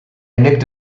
nicked